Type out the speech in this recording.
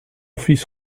fils